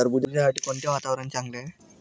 टरबूजासाठी कोणते वातावरण चांगले आहे?